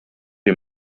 wie